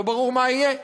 לא ברור מה יהיה.